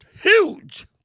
huge